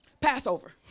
Passover